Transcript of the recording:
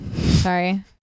sorry